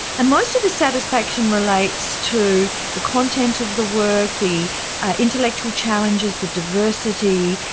and most of the satisfaction relates to the content of the work, the intellectual challenges, the diversity,